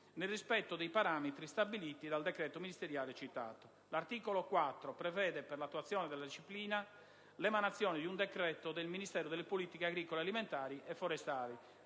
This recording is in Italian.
nel rispetto dei parametri stabiliti dal decreto ministeriale citato. L'articolo 4 prevede per l'attuazione della disciplina l'emanazione di un decreto del Ministro delle politiche agricole alimentari e forestali,